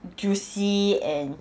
juicy and